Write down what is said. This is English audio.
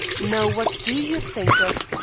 now what do you think of